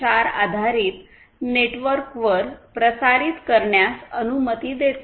4 आधारित नेटवर्कवर प्रसारित करण्यास अनुमती देते